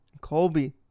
Colby